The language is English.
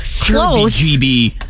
close